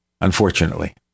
unfortunately